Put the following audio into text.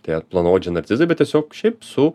tie plonaodžiai narcizai bet tiesiog šiaip su